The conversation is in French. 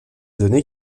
données